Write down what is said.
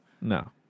no